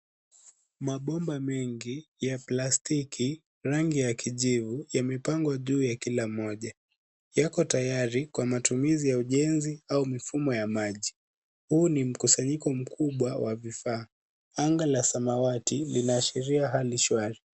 Mabomba mengi ya plastiki, rangi ya kijivu yamepangwa juu ya kila moja. Yako tayari kwa matumizi ya ujenzi au mfumo ya maji. Huu ni mkusanyiko mkubwa wa vifaa. Anga la samawati linaashiria hali shwari.